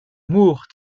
moore